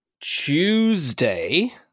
Tuesday